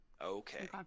Okay